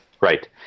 right